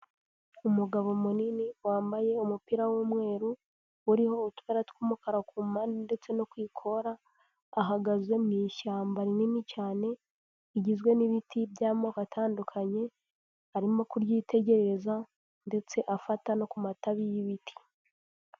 Umugabo munini wambaye umupira w'umweru, uriho utubara tw'umukara ku mpande ndetse no ku ikora ahagaze mu ishyamba rinini cyane rigizwe n'ibiti by'amoko atandukanye, arimo kuryitegereza ndetse afata no ku matabi y'ibiti.